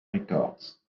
records